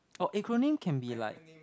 or acronym can be like